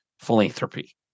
philanthropy